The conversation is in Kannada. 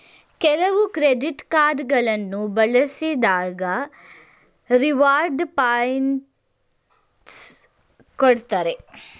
ಕೆಲವು ಕ್ರೆಡಿಟ್ ಕಾರ್ಡ್ ಗಳನ್ನು ಬಳಸಿದಾಗ ರಿವಾರ್ಡ್ ಪಾಯಿಂಟ್ಸ್ ಕೊಡ್ತಾರೆ